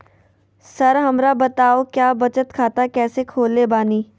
Sir हमरा बताओ क्या बचत खाता कैसे खोले बानी?